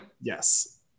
Yes